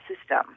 system